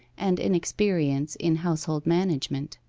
and inexperience in household management.